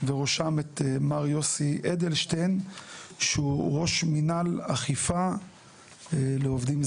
ובראשם את מר יוסי אדלשטיין שהוא ראש מנהל אכיפה לעובדים זרים.